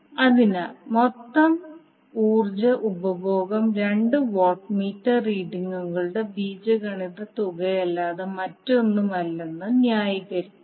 അതിനാൽ മൊത്തം ഊർജ്ജ ഉപഭോഗം രണ്ട് വാട്ട് മീറ്റർ റീഡിംഗുകളുടെ ബീജഗണിത തുകയല്ലാതെ മറ്റൊന്നുമല്ലെന്ന് ന്യായീകരിക്കും